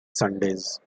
sundays